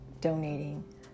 donating